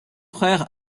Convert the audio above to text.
frère